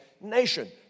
nation